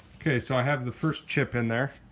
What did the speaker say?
okay, so i have the first chip in there